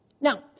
Now